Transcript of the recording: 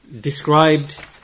described